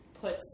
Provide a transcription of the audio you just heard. puts